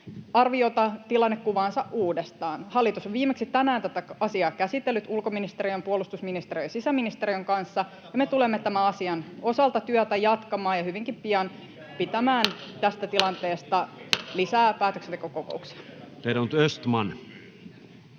arvioida tilannekuvaansa uudestaan. Hallitus on viimeksi tänään tätä asiaa käsitellyt ulkoministeriön, puolustusministeriön ja sisäministeriön kanssa, ja me tulemme tämän asian osalta työtä jatkamaan ja hyvinkin pian pitämään tästä tilanteesta lisää päätöksentekokokouksia.